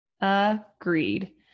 Agreed